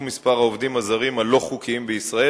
מספר העובדים הזרים הלא-חוקיים בישראל,